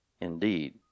Indeed